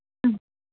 ഉം